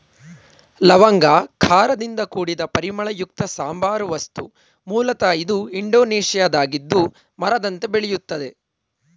ಲವಂಗ ಖಾರದಿಂದ ಕೂಡಿದ ಪರಿಮಳಯುಕ್ತ ಸಾಂಬಾರ ವಸ್ತು ಮೂಲತ ಇದು ಇಂಡೋನೇಷ್ಯಾದ್ದಾಗಿದ್ದು ಮರದಂತೆ ಬೆಳೆಯುತ್ತದೆ